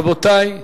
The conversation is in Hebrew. רבותי,